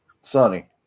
Sunny